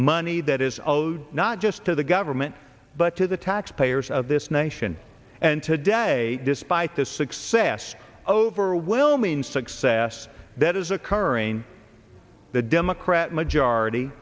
money that is owed not just to the government but to the taxpayers of this nation and today despite this success overwhelming success that is occurring the democrat majority